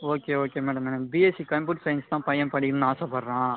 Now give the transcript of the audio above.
okay okay madam BSc computer science தான் பையன் படிக்கணும்ன்னு ஆசைப்பட்றான்